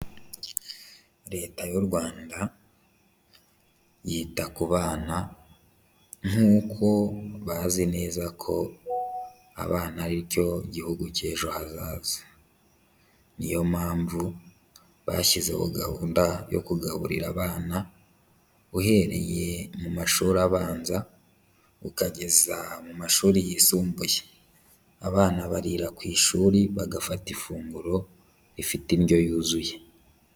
Leta y'u Rwanda yita ku bana nkuko bazi neza ko abana aricyo gihugu cy'ejo hazaza. Niyo mpamvu bashyizeho gahunda yo kugaburira abana uhereye mu mashuri abanza ukageza mu mashuri yisumbuye. Abana barira ku ishuri bagafata ifunguro rifite indyo yuzuye.